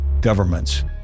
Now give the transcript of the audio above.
governments